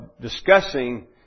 discussing